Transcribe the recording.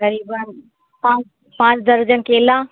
करीबन पाँच पाँच दर्जन केला